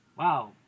Wow